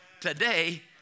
today